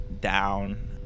down